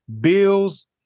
Bills